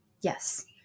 Yes